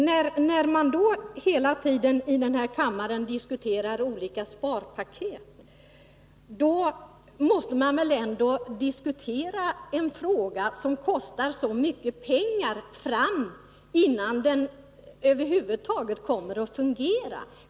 När man här i kammaren hela tiden diskuterar olika sparpaket måste man väl också diskutera ett förslag som kostar så mycket pengar innan det över huvud taget kommer att fungera.